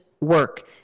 work